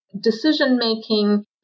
decision-making